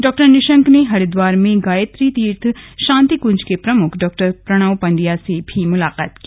डॉ निशंक ने हरिद्वार में गायत्री तीर्थ शांतिकंज के प्रमुख डॉ प्रणव पंड्या से भी मुलाकात की